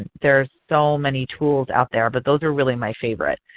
there's so many tools out there but those are really my favorite.